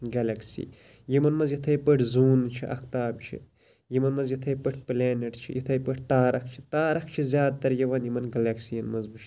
galaxy یِمَن مَنٛز یِتھے پٲٹھۍ زوٗن چھِ اَفتاب چھ یِمَن مَنٛز یِتھے پٲٹھۍ پلیٚنٹ چھِ یِتھے پٲٹھۍ تارَک چھِ تارَک چھِ زیادٕ تَر یِوان یِمَن گلیٚکسِیَن مَنٛز وٕچھنہٕ